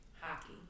hockey